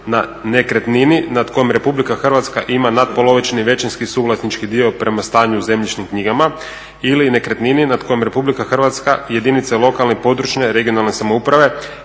na nekretnini nad kojom RH ima natpolovični većinski suvlasnički dio prema stanju u zemljišnim knjigama ili nekretnini nad kojom RH i jedinice lokalne, područne (regionalne) samouprave